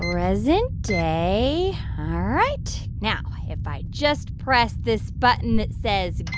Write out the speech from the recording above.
and present day. all right. now, if i just press this button that says